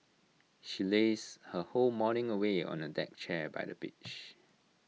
she lazed her whole morning away on A deck chair by the beach